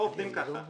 לא עובדים ככה.